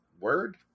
word